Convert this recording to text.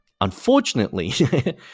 Unfortunately